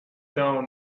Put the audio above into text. down